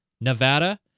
Nevada